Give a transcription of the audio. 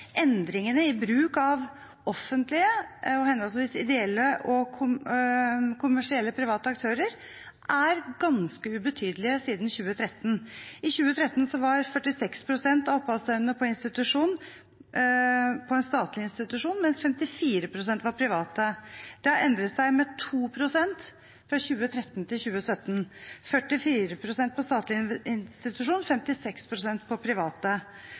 Endringene i bruk av offentlige og henholdsvis ideelle og kommersielle private aktører har vært ganske ubetydelige siden 2013. I 2013 var 46 pst. av oppholdsdøgnene på en statlig institusjon, mens 54 pst. var på en privat. Det har endret seg med 2 pst. fra 2013 til 2017: 44 pst. på statlig institusjon, 56 pst. på